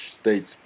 states